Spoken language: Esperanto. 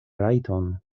rajton